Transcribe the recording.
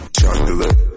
Chocolate